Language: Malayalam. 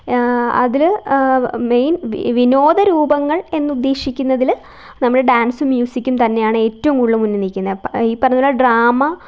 അതില് മെയിൻ വിനോദരൂപങ്ങൾ എന്ന് ഉദ്ദേശിക്കുന്നതില് നമ്മുടെ ഡാൻസും മ്യൂസിക്കും തന്നെയാണ് ഏറ്റവും കൂടുതല് മുന്നിൽ നില്ക്കുന്നത് അപ്പോള് ഈ പറഞ്ഞപോലെ ഡ്രാമ